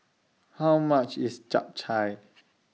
How much IS Chap Chai